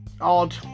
odd